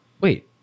Wait